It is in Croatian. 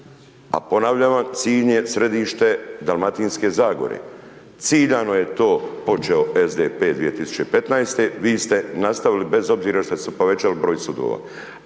A ponavljam, Sinj je središte Dalmatinske zagore. Ciljano je to počeo SDP 2015., vi ste nastavili bez obzira što ste povećali broj sudova.